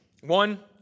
One